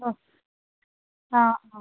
ഓ ആ ആ